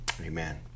amen